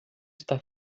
está